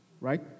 right